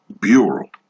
Bureau